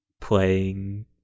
playing